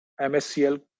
MSCL